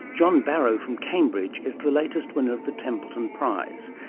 john barrow from cambridge is the latest winner of the templeton prize,